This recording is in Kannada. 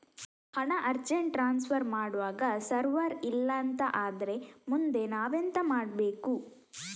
ಹಣ ಅರ್ಜೆಂಟ್ ಟ್ರಾನ್ಸ್ಫರ್ ಮಾಡ್ವಾಗ ಸರ್ವರ್ ಇಲ್ಲಾಂತ ಆದ್ರೆ ಮುಂದೆ ನಾವೆಂತ ಮಾಡ್ಬೇಕು?